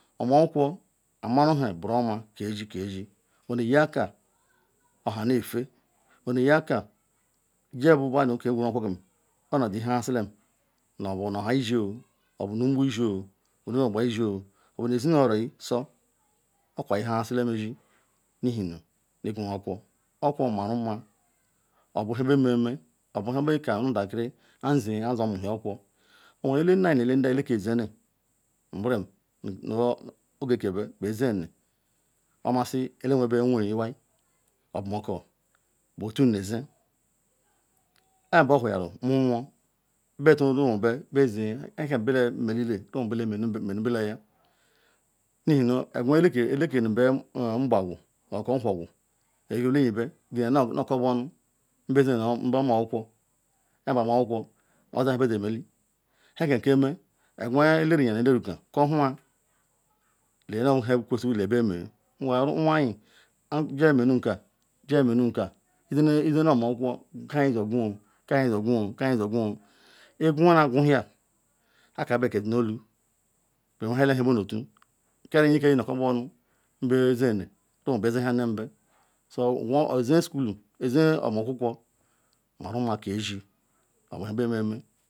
omuokwukwo omaru nhe buruoma omuokwukwo omaru nhe buruoma kezi kesi oneyeka oha nefe onyeka jibu badu ke nqwuru okwukwo onaly halezilam obu nuaha nzi obu nu nbu nzioo obu nhe inogbo nzioo obu nezinu oro, so okwa hahas ilaim azi ihena nu iqwuru okumkwo okwukwo maruma obu nhe mome obu nhe beka onutakiri azio aya omuhia okwukwo oweru ele nneyi nu elendayi elezile nbreha ogekebe bezinle omasi elewebe we iwai omakor ibetun nezi kpam belueyaru munwo beturu nwobe bezi nhekam bena nme lele nuhe menu ihe nuaqwa eleke nu be qbagu mako nhuorgu nu ele. Enyi be giya nu korbe onu nube zila nnbe maokwukwo nhe be maokwukwo oza nhe bezimele, nhekam keme eqwa ele riya nueleruka biaohu lee nubu nhe kwesiri labeme nwoanyi jiwa menuka jiwa menuka iyele omuokwukwo ka nhe ijioqwuoo kenhe ijoquwo kenhe ijioqwuo iqwuna iqwuhia akabe kodi nu olu bewe hiala nhe be nutan kari nyekeri nu korbe onu nu bia zine nu nemube ziha nabe so oji school oji omuokwukwo marunma kezi oma nha beme me.